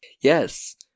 Yes